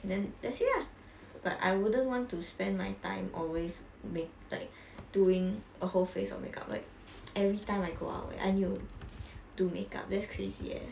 then that's it lah but I wouldn't want to spend my time always make like doing a whole face of makeup like every time I go out like I need to do makeup that's crazy eh